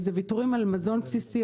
זה ויתורים על מזון בסיסי,